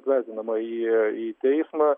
atvesdinamą į į teismą